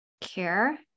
care